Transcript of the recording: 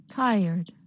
tired